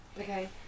Okay